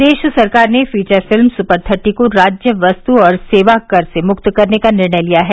प्रदेश सरकार ने feature film super thirty को राज्य वस्तु और सेवा कर से मुक्त करने का निर्णय लिया है